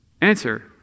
Answer